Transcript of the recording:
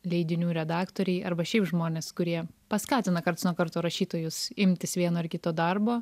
leidinių redaktoriai arba šiaip žmonės kurie paskatina karts nuo karto rašytojus imtis vieno ar kito darbo